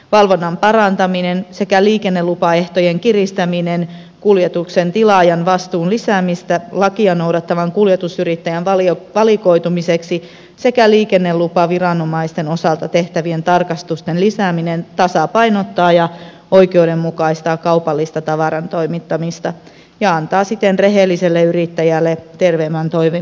valvonnan parantaminen sekä liikennelupaehtojen kiristäminen kuljetuksen tilaajan vastuun lisääminen lakia noudattavan kuljetusyrittäjän valikoitumiseksi sekä liikennelupaviranomaisten osalta tehtävien tarkastusten lisääminen tasapainottavat ja oikeudenmukaistavat kaupallista tavarantoimittamista ja antavat siten rehelliselle yrittäjälle terveemmän toimintaympäristön